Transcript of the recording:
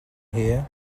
hear